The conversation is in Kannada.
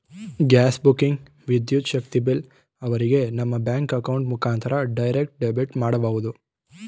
ಗ್ಯಾಸ್ ಬುಕಿಂಗ್, ವಿದ್ಯುತ್ ಶಕ್ತಿ ಬಿಲ್ ಅವರಿಗೆ ನಮ್ಮ ಬ್ಯಾಂಕ್ ಅಕೌಂಟ್ ಮುಖಾಂತರ ಡೈರೆಕ್ಟ್ ಡೆಬಿಟ್ ಮಾಡಬಹುದು